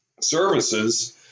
services